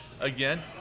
again